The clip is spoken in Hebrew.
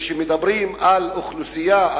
כשמדברים על אוכלוסייה,